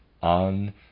on